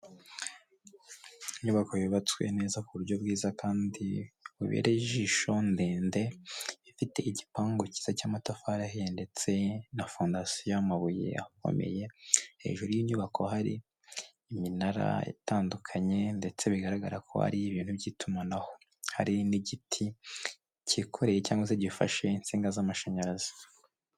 Inyubako yubatswe neza ku buryo bwiza kandi bubereye ijisho ndende ifite igipangu cyiza cy'amatafari ahiye ndetse na fondasiyo y'amabuye akomeye, hejuru y'inyubako hari iminara itandukanye ndetse bigaragara ko ari iy'ibintu by'itumanaho, hari n'igiti kikoreye cyangwa se gifashe insinga z'amashanyarazi.